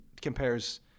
compares